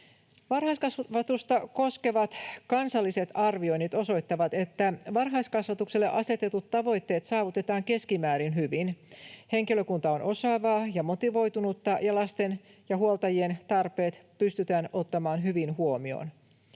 Varhaiskasvatusta koskevat kansalliset arvioinnit osoittavat, että varhaiskasvatukselle asetetut tavoitteet saavutetaan keskimäärin hyvin, henkilökunta on osaavaa ja motivoitunutta ja lasten ja huoltajien tarpeet pystytään ottamaan hyvin huomioon.